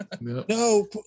No